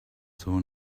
saw